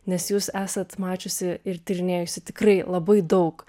nes jūs esat mačiusi ir tyrinėjusi tikrai labai daug